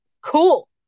cool